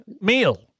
meal